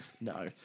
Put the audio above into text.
no